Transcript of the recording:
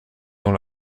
dans